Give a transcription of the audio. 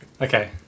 Okay